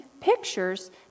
pictures